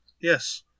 Yes